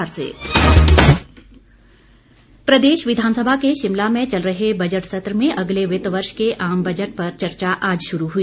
budget चर्चा प्रदेश विघानसभा के शिमला में चल रहे बजट सत्र में अगले वित्त वर्ष के आम बजट पर चर्चा आज शुरू हुई